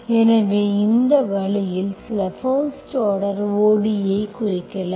எனவே இந்த வழியில் சில பஸ்ட் ஆர்டர் ODE ஐ குறிக்கலாம்